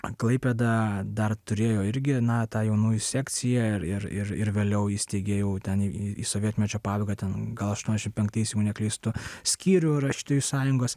klaipėda dar turėjo irgi na tą jaunųjų sekciją ir ir ir ir vėliau įsteigė jau ten į sovietmečio pabaigą ten gal aštuoniasdešimt penktais jei neklystu skyrių rašytojų sąjungos